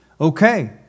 okay